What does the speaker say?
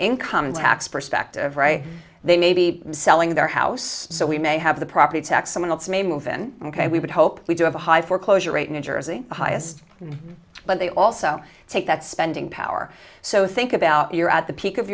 income tax perspective right they may be selling their house so we may have the property tax someone else may move in ok we would hope we do have a high foreclosure rate new jersey highest but they also take that spending power so think about you're at the peak of